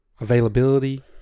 availability